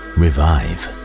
revive